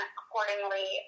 accordingly